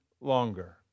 longer